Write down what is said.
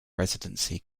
residency